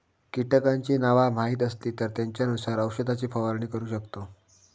कीटकांची नावा माहीत असली तर त्येंच्यानुसार औषधाची फवारणी करू शकतव